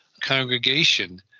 congregation